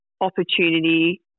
opportunity